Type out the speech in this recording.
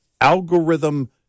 algorithm